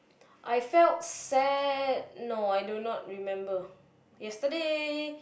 I felt sad no I do not remember yesterday